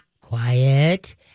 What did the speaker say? quiet